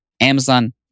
Amazon